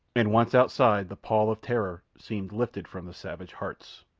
and once outside the pall of terror seemed lifted from the savage hearts.